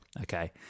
okay